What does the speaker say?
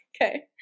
Okay